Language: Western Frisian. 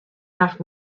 nacht